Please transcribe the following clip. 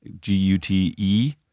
g-u-t-e